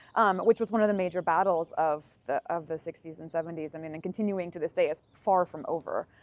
which was one of the major battles of the of the sixties and seventies. i mean and continuing to this day, it's far from over.